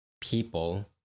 people